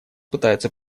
пытаются